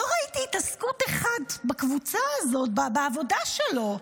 לא ראיתי התעסקות אחת בקבוצה הזאת בעבודה שלו.